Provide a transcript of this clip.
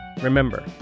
Remember